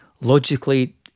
logically